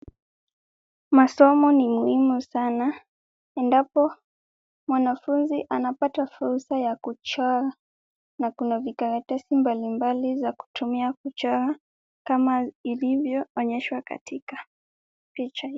Masomo ni muhimu sana, endapo mwanafunzi anapata fursa ya kuchora na kuna vikaratasi mbalimbali za kutumia kuchora, kama ilivyoonyeshwa katika picha hii.